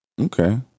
Okay